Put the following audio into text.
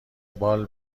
بال